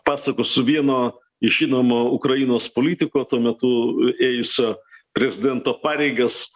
pasakosiu vieno žinomo ukrainos politiko tuo metu ėjusio prezidento pareigas